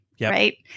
Right